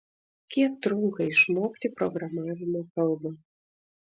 kiek trunka išmokti programavimo kalbą